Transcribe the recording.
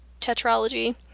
Tetralogy